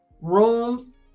Rooms